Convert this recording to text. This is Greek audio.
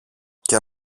και